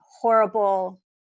horrible